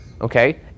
okay